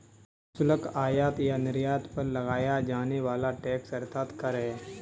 प्रशुल्क, आयात या निर्यात पर लगाया जाने वाला टैक्स अर्थात कर है